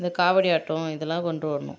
இந்த காவடியாட்டம் இதெல்லாம் கொண்டு வரணும்